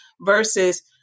versus